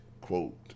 quote